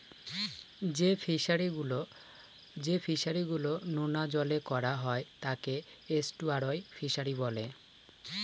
যে ফিশারি গুলো নোনা জলে করা হয় তাকে এস্টুয়ারই ফিশারি বলে